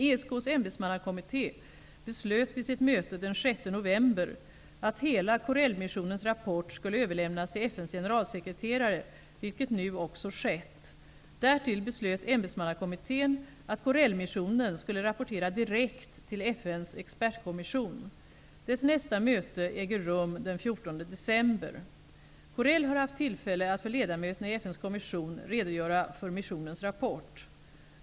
ESK:s ämbetsmannakommitté beslöt vid sitt möte den 6 november att hela Corellmissionens rapport skulle överlämnas till FN:s generalsekreterare, vilket nu också skett. Därtill beslöt ämbetsmannakommittén att Corellmissionen skulle rapportera direkt till FN:s expertkommission. Dess nästa möte äger rum den 14 december. Corell har haft tillfälle att för ledamöterna i FN:s kommission redogöra för missionens rapport.